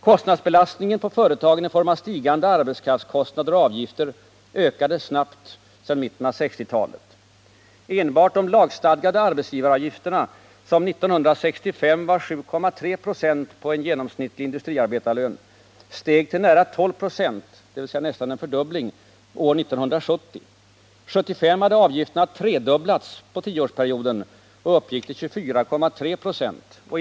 Kostnadsbelastningen på företagen i form av stigande arbetskraftskostnader och avgifter har ökat snabbt sedan mitten av 1960-talet. Enbart de lagstadgade arbetsgivaravgifterna, som 1965 var 7,3 96 på en genomsnittlig industriarbetarlön, steg till nära 12 96 — alltså nästan en fördubbling — år 1970. År 1975 hade avgifterna tredubblats på en tioårsperiod och uppgick till 24,3 96.